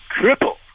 triple